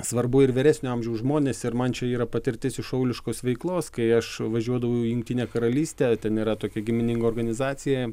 svarbu ir vyresnio amžiaus žmonės ir man čia yra patirtis iš šauliškos veiklos kai aš važiuodavau į jungtinę karalystę ten yra tokia gimininga organizacija